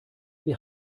wir